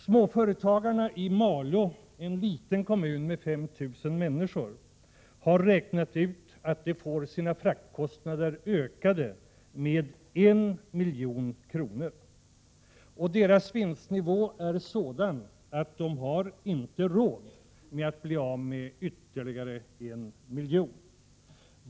Småföretagarna i Malå — en liten kommun med 5 000 invånare — har räknat ut att de får sina fraktkostnader ökade med 1 milj.kr. Och deras vinstnivå är sådan att de inte har råd att bli av med denna miljon.